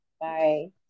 Bye